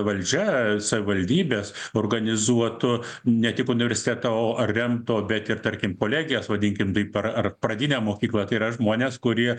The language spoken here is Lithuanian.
valdžia savivaldybės organizuotų ne tik universitetą o ar remtų bet ir tarkim kolegijas vadinkim taip ar ar pradinę mokyklą tai yra žmones kurie